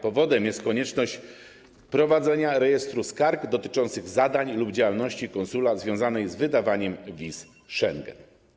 Powodem jest konieczność wprowadzenia rejestru skarg dotyczących zadań lub działalności konsula związanej wydawaniem wiz Schengen.